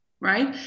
Right